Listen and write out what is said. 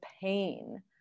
pain